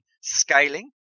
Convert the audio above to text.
scaling